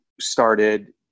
started